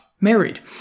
married